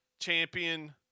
champion